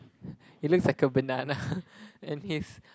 it looks like a banana and his